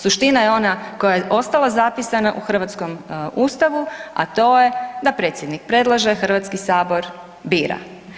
Suština je ona koja je ostala zapisana u hrvatskom Ustavu, a to je da predsjednik predlaže, Hrvatski sabor bira.